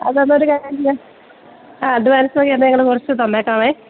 അത് എന്നാല് ഒരു കാര്യം ചെയ്യാം ആ അത് മനസ്സിലായി എന്നാല് ഞങ്ങള് കുറച്ചു തന്നേക്കാവേ